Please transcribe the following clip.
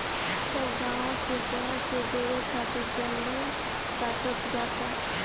सब गांव के शहर से जोड़े खातिर जंगल कटात जाता